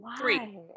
three